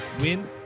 win